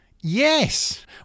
Yes